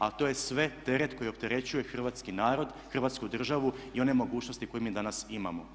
A to je sve teret koji opterećuje hrvatski narod, Hrvatsku državu i one mogućnosti koje mi danas imamo.